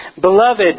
Beloved